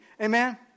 Amen